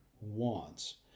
wants